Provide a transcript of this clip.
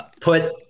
put